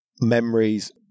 memories